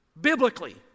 biblically